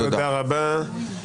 תודה רבה.